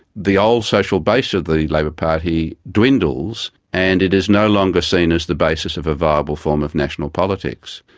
the old social base of the labor party dwindles and it is no longer seen as the basis of a viable form of national politics,